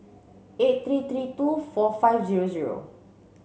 eight three three two four five zero zero